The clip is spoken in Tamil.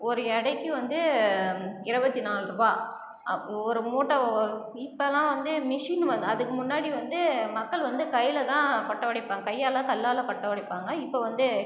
ஒரு எடைக்கு வந்து இருவத்திநாலு ருபாய் அப்போது ஒரு மூட்டை இப்பலாம் வந்து மிஷின் வந்து அதுக்கு முன்னாடி வந்து மக்கள் வந்து கையில் தான் கொட்டை உடைப்பாங்க கையால் கல்லால் கொட்டை உடைப்பாங்க இப்போ வந்து